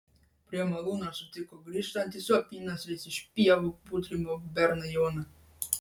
prie malūno sutiko grįžtantį su apynasriais iš pievų putrimo berną joną